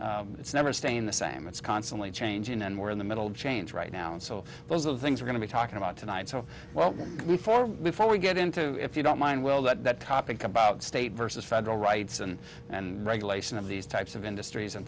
never it's never staying the same it's constantly changing and we're in the middle of change right now and so those are the things are going to be talking about tonight well before before we get into if you don't mind we'll let that topic about state versus federal rights and regulation of these types of industries and